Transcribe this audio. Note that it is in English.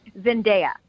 Zendaya